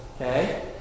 Okay